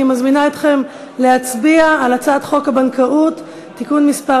אני מזמינה להצביע על הצעת חוק הבנקאות (שירות ללקוח) (תיקון מס'